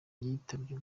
yitabye